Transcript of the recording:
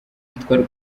twari